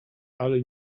ale